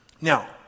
Now